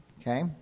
okay